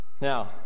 Now